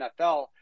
NFL